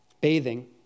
bathing